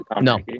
no